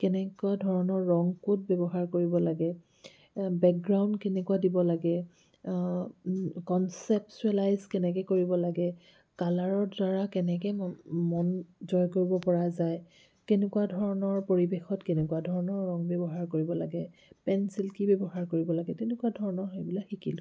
কেনেকুৱা ধৰণৰ ৰং ক'ত ব্যৱহাৰ কৰিব লাগে বেকগ্ৰাউণ্ড কেনেকুৱা দিব লাগে কনচেপশ্ব্যোৱেলাইজ কেনেকৈ কৰিব লাগে কালাৰৰ দ্বাৰা কেনেকৈ মন জয় কৰিব পৰা যায় কেনেকুৱা ধৰণৰ পৰিৱেশত কেনেকুৱা ধৰণৰ ৰং ব্যৱহাৰ কৰিব লাগে পেঞ্চিল কি ব্যৱহাৰ কৰিব লাগে তেনেকুৱা ধৰণৰ সেইবিলাক শিকিলোঁ